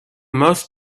most